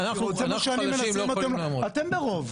אתם ברוב.